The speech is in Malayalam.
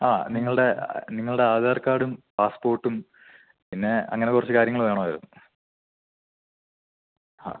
ആ നിങ്ങളുടെ നിങ്ങളുടെ ആധാർ കാഡും പാസ്പോട്ടും പിന്നെ അങ്ങനെ കുറച്ച് കാര്യങ്ങൾ വേണമായിരുന്നു ആ